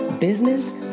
business